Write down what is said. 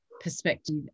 perspective